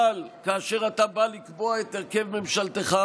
אבל כאשר אתה בא לקבוע את הרכב ממשלתך,